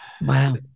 Wow